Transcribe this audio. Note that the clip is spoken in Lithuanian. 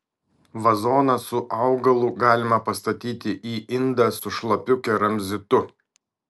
vazoną su augalu galima pastatyti į indą su šlapiu keramzitu